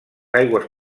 aigües